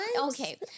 Okay